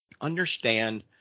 understand